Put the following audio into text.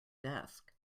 desk